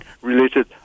related